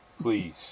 please